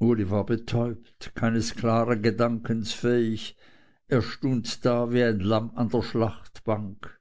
uli war betäubt keines klaren gedankens fähig er stund da wie ein lamm an der schlachtbank